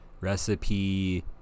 Recipe